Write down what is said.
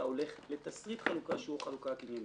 אתה רוצה לעשות לה איזשהו דין ודברים,